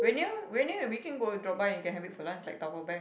we are near we are near here we can go drop by and get have it for lunch like dabao back